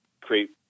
create